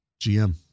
GM